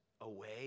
away